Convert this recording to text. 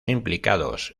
implicados